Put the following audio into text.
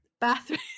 bathroom